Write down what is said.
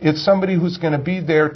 it's somebody who's going to be there